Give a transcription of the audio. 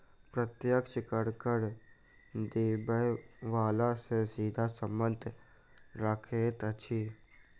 प्रत्यक्ष कर, कर देबय बला सॅ सीधा संबंध रखैत अछि